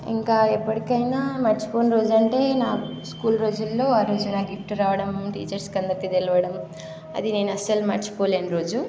ఇంకా ఎప్పటికైనా మరచిపోని రోజు అంటే నాకు స్కూల్ రోజుల్లో ఆ రోజు నాకు గిఫ్ట్ రావడం టీచర్స్కి అందరికీ తెలవడం అది నేను అసలు మరచిపోలేని రోజు